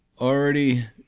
already